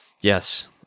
Yes